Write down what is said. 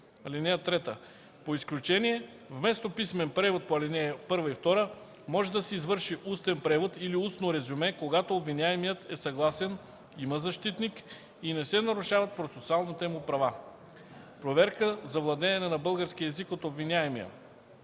(3) По изключение вместо писмен превод по ал. 1 и 2 може да се извърши устен превод или устно резюме, когато обвиняемият е съгласен, има защитник и не се нарушават процесуалните му права. Проверка за владеене на български език от обвиняемия